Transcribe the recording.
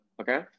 Okay